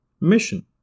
Mission